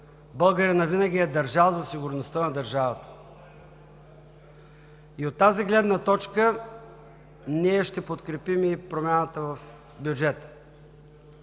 Българинът винаги е държал за сигурността на държавата. И от тази гледна точка ние ще подкрепим и промяната в бюджета.